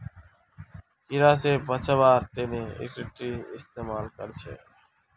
कीड़ा से बचावार तने इंसेक्टिसाइड इस्तेमाल कर छी